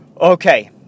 Okay